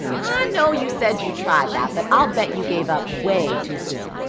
know you said you tried that, but i'll bet you gave up way too soon.